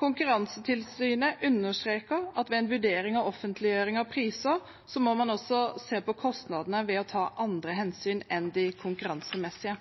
Konkurransetilsynet understreker at ved en vurdering av offentliggjøring av priser må man også se på kostnadene ved å ta andre hensyn enn de konkurransemessige.